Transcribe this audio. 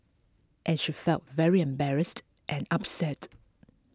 and she felt very embarrassed and upset